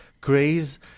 craze